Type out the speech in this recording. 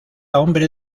hombre